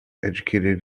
educated